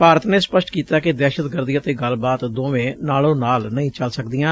ਭਾਰਤ ਨੇ ਸਪਸ਼ਟ ਕੀਤੈ ਕਿ ਦਹਿਸ਼ਤਗਰਦੀ ਅਤੇ ਗੱਲਬਾਤ ਦੋਵੇਂ ਨਾਲੋਂ ਨਾਲ ਨਹੀਂ ਚਲ ਸਕਦੀਆਂ